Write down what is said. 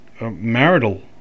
marital